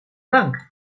bank